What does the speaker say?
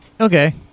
Okay